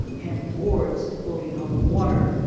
and boards floating on the water,